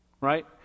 right